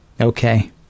okay